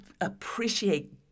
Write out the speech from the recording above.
appreciate